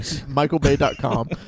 MichaelBay.com